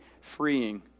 freeing